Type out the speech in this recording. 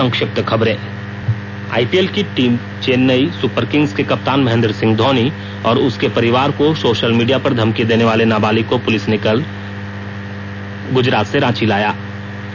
संक्षिप्त खबरें आपीएल की टीम चेनई सुपरकिंग्स के कप्तान महेंद्र सिंह धौनी और उसके परिवार को सोशल मीडिया पर धमकी देनेवार्ल नाबालिग को पुलिस कल रांची लायी थी